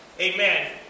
Amen